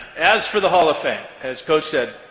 as for the hall of fame, as coach said,